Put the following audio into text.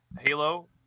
Halo